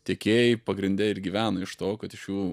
tiekėjai pagrinde ir gyvena iš to kad iš jų